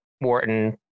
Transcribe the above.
Wharton